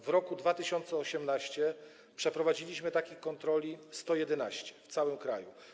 W roku 2018 przeprowadziliśmy takich kontroli 111 w całym kraju.